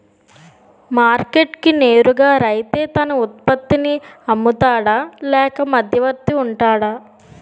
Market కి నేరుగా రైతే తన ఉత్పత్తి నీ అమ్ముతాడ లేక మధ్యవర్తి వుంటాడా?